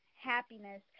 happiness